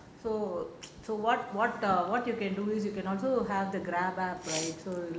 so so what what you can do is you can have the Grab app right so